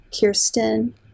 Kirsten